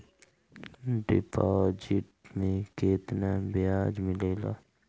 Deposit मे केतना बयाज मिलेला?